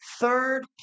third